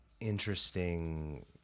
interesting